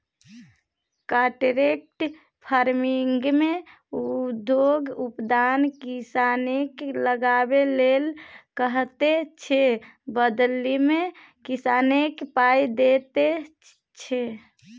contract फार्मिंगमे उद्योग उत्पाद किसानकेँ लगाबै लेल कहैत छै बदलीमे किसानकेँ पाइ दैत छै